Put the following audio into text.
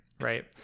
right